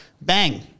Bang